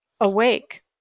awake